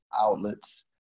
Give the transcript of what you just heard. outlets